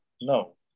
no